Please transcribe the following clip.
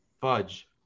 Fudge